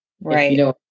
Right